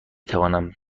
توانم